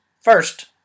First